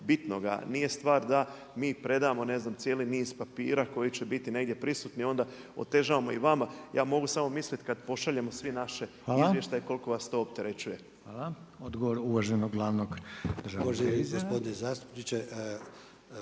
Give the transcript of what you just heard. bitnoga, nije stvar da mi predamo ne znam cijeli niz papira koji će biti negdje prisutni, onda otežavamo i vama. Ja mogu samo misliti kad pošaljemo sve naše izvještaje koliko vas to opterećuje. **Reiner, Željko (HDZ)** Hvala. Odgovor uvaženog glavnog državnog tajnika. **Klešić,